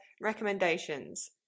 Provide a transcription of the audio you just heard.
recommendations